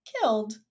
killed